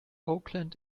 auckland